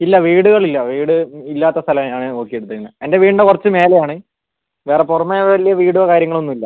ഇല്ല വീടുകളില്ല വീട് ഇല്ലാത്ത സ്ഥലമാണ് ഞാൻ നോക്കി എടുത്തിരിക്കുന്നത് എൻ്റെ വീടിൻ്റെ കുറച്ച് മേലെയാണ് വേറെ പുറമേ വലിയ വീടോ കാര്യങ്ങളോ ഒന്നുമില്ല